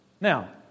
Now